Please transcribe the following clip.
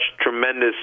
tremendous